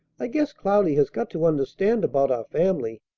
i guess cloudy has got to understand about our family.